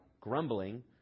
grumbling